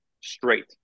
straight